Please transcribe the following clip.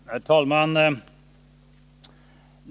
Herr talman!